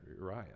Uriah